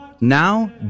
Now